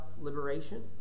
liberation